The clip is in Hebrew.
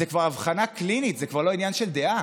זו כבר אבחנה קלינית, זה כבר לא עניין של דעה.